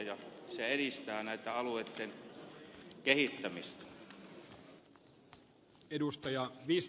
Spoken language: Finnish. se edistäisi näiden alueiden kehittämistä